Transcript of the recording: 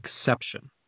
exception